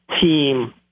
team